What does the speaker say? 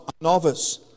novice